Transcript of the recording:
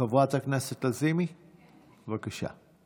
חברת הכנסת לזימי, בבקשה.